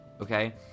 okay